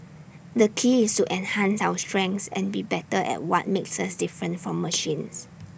the key is to enhance our strengths and be better at what makes us different from machines